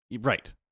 Right